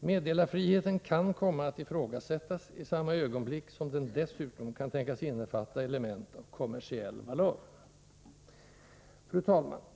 Meddelarfriheten kan komma att ifrågasättas i samma ögonblick som den dessutom kan tänkas innefatta element av kommersiell valör: Fru talman!